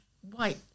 white